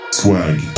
swag